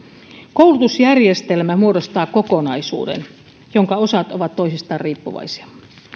koulutusjärjestelmä muodostaa kokonaisuuden jonka osat ovat toisistaan riippuvaisia